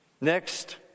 Next